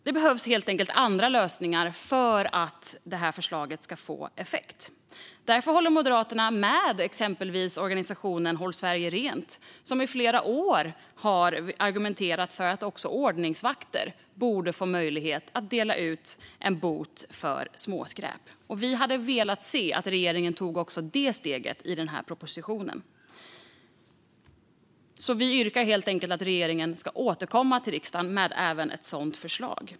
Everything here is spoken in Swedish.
Det behövs helt enkelt andra lösningar för att förslaget ska få effekt. Därför håller Moderaterna med exempelvis organisationen Håll Sverige Rent, som i flera år har argumenterat för att också ordningsvakter borde få möjlighet dela ut böter för småskräp. Vi hade velat se att regeringen tog även det steget i den här propositionen, så vi yrkar helt enkelt på att regeringen ska återkomma till riksdagen med även ett sådant förslag.